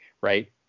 right